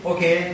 Okay